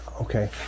Okay